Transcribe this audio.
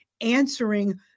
answering